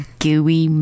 gooey